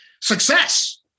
success